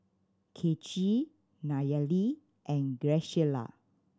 Kaycee Nayeli and Graciela